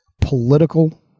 political